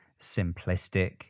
simplistic